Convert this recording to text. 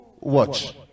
watch